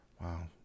Wow